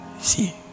See